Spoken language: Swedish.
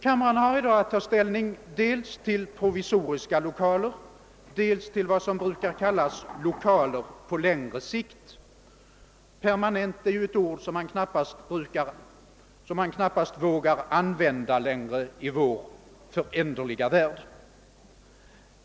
Kamrarna har i dag att ta ställning dels till provisoriska lokaler, dels till vad som brukar kallas lokaler på längre sikt — permanent är ju ett ord som man knappast vågar använda längre i vår föränderliga värld.